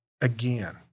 again